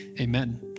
amen